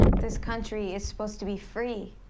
this country is supposed to be free.